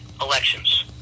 elections